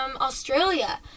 Australia